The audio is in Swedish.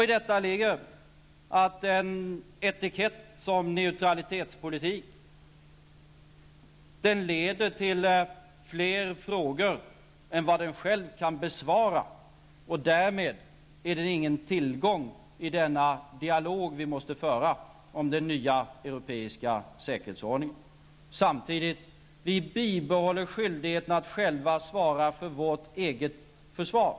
I detta ligger att en etikett som neutralitetspolitik leder till fler frågor än vad den själv besvarar, och därmed är den ingen tillgång i den dialog som vi måste föra om den nya europeiska säkerhetsordningen. Samtidigt bibehåller vi skyldigheten att själva svara för vårt eget försvar.